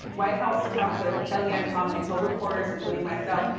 white house counselor kellyanne conway told reporters, including myself,